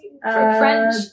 French